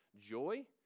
joy